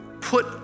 put